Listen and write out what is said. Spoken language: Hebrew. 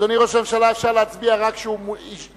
אדוני ראש הממשלה, אפשר להצביע רק כשהוא נשבע,